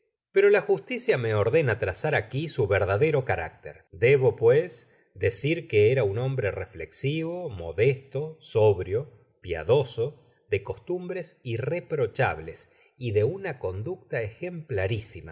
pero la justicia me ordena trazar aqui su verdadero carácter debo pues decir que era un hombre reflexivo modesto sóbrio piadoso de costumbres irreprochables y de una conducta ejemplarisima